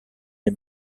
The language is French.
les